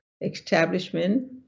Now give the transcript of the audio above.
establishment